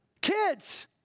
Kids